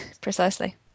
precisely